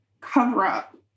cover-up